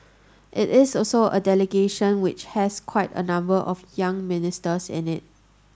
it is also a delegation which has quite a number of younger ministers in it